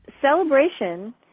celebration